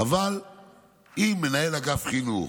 אבל אם מנהל אגף חינוך